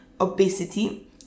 obesity